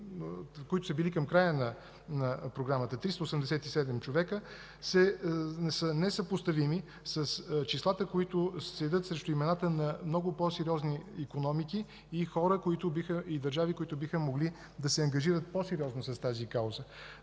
които са били към края на програмата – 387 човека, са несъпоставими с числата, които седят срещу имената на много по-сериозни икономики, хора и държави, които биха могли да се ангажират по-сериозно с тази кауза.